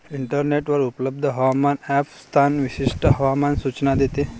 इंटरनेटवर उपलब्ध हवामान ॲप स्थान विशिष्ट हवामान सूचना देते